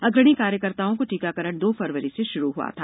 अग्रणी कार्यकर्ताओं का टीकाकरण दो फरवरी से शुरू हुआ था